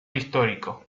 histórico